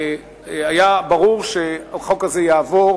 היה ברור שהחוק הזה יעבור,